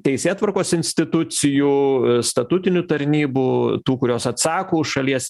teisėtvarkos institucijų statutinių tarnybų tų kurios atsako už šalies